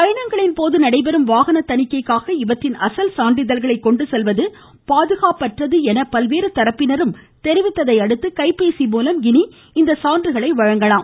பயணங்களின் போது நடைபெறும் வாகன தணிக்கைக்காக இவற்றின் அசல் சான்றிதழ்களை கொண்டு செல்வது பாதுகாப்பற்றது என பல்வேறு தரப்பினரும் தெரிவித்ததையடுத்து கைப்பேசி மூலம் இனி இந்த சான்றுகளை அளிக்கலாம்